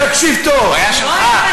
הוא היה שלך.